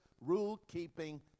rule-keeping